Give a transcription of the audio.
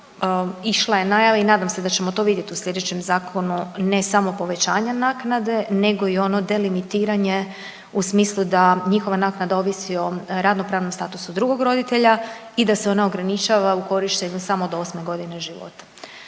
išla je najava i nadam se da ćemo to vidjet u slijedećem zakonu, ne samo povećanje naknade nego i ono delimitiranje u smislu da njihova naknada ovisi o radnopravnom statusu drugog roditelja i da se ona ograničava u korištenju samo do 8.g. života.